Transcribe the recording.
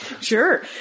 Sure